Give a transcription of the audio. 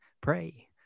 pray